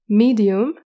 medium